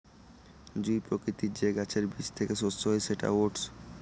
জুঁই প্রকৃতির যে গাছের বীজ থেকে শস্য হয় সেটা ওটস